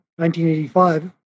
1985